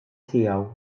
tiegħu